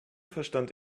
verstand